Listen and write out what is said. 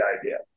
idea